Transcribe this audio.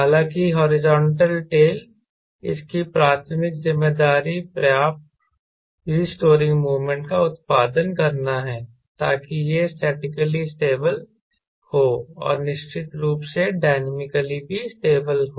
हालांकि horizontal tail इसकी प्राथमिक जिम्मेदारी पर्याप्त रीस्टोरिंग मोमेंट का उत्पादन करना है ताकि यह स्टैटिकली स्टेबल हो और निश्चित रूप से डायनामिकली भी स्टेबल हो